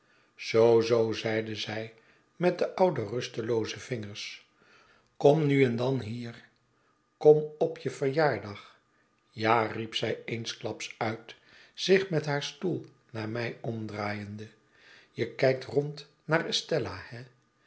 zoo zoo i zeide zij met de oude rustelooze vingers kom nu en dan hier kom op je verjaardag ja riep zij eensklaps uit zich met haar stoel naar mij omdraaiende je kijktrond naar estella